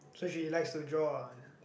so she likes to draw ah